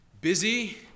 busy